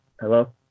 Hello